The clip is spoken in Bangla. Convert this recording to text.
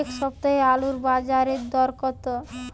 এ সপ্তাহে আলুর বাজারে দর কত?